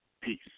peace